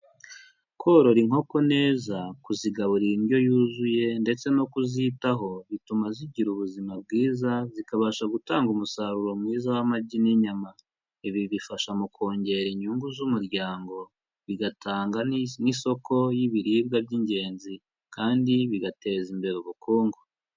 Korora inkoko neza, kuzigaburira indyo yuzuye ndetse no kuzitaho, bituma zigira ubuzima bwiza, zikabasha gutanga umusaruro mwiza w'amagi n'inyama. Ibi bifasha mu kongera inyungu z'umuryango bigatanga n'isoko y'ibiribwa by'ingenzi kandi bigateza imbere ubukungu.